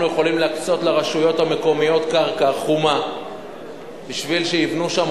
יכולים להקצות לרשויות המקומיות קרקע חומה כדי שיבנו שם